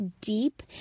deep